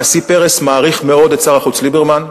הנשיא פרס מעריך מאוד את שר החוץ ליברמן,